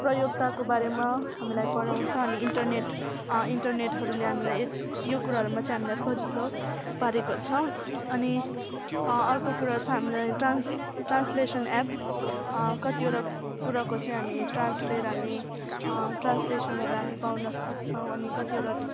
प्रयोगताको बारेमा हामीलाई पढाउँछ अनि इन्टरनेट इन्टरनेटहरूले हामीलाई यो कुराहरूमा चाहिँ हामीलाई सजिलो पारेको छ अनि अर्को कुरा चाहिँ ट्रान्स ट्रान्सलेसन एप कतिवटा कुराको चाहिँ हामी ट्रान्सलेट हामी ट्रान्सलेसनहरू हामी पाउन सक्छौँ अनि कतिवटा